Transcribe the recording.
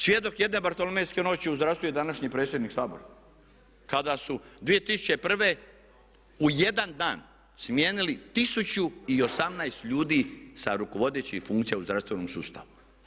Svjedok jedne bartolomejske noći u zdravstvu je današnji predsjednik Sabora kada su 2001. u jedan dan smijenili 1018 ljudi sa rukovodećih funkcija u zdravstvenom sustavu.